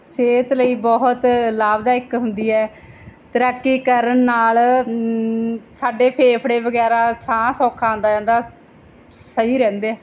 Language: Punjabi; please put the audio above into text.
ਸਿਹਤ ਲਈ ਬਹੁਤ ਲਾਭਦਾਇਕ ਹੁੰਦੀ ਹੈ ਤੈਰਾਕੀ ਕਰਨ ਨਾਲ ਸਾਡੇ ਫੇਫੜੇ ਵਗੈਰਾ ਸਾਹ ਸੌਖਾ ਆਉਂਦਾ ਜਾਂਦਾ ਸਹੀ ਰਹਿੰਦੇ